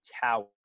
Tower